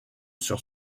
sur